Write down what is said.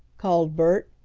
called bert.